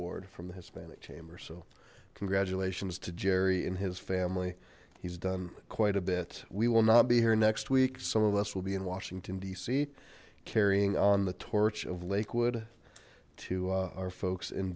award from the hispanic chamber so congratulations to jerry in his family he's done quite a bit we will not be here next week some of us will be in washington dc carrying on the torch of lakewood to our folks in